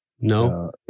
No